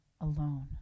alone